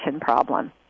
problem